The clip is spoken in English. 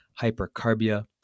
hypercarbia